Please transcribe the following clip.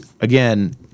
again